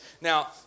Now